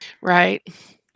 Right